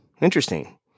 interesting